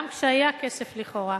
גם כשהיה כסף לכאורה.